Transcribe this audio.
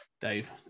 Dave